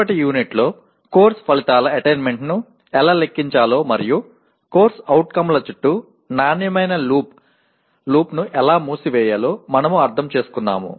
பாடநெறி விளைவுகளை அடைவது மற்றும் CO களைச் சுற்றியுள்ள தர வளையத்தை மூடுவது எப்படி என்பதை முந்தைய அலகில் புரிந்துகொண்டோம்